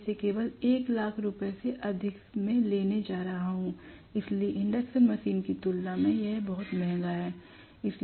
मैं इसे केवल 1 लाख रुपये से अधिक में लेने जा रहा हूं इसलिए इंडक्शन मशीन की तुलना में यह बहुत महंगा है